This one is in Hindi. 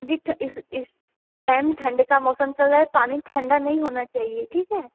जी इस टाइम ठंड का मौसम चल रहा है पानी ठंडा नहीं होना चाहिए ठीक है